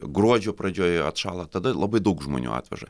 gruodžio pradžioje atšąla tada labai daug žmonių atveža